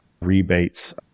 rebates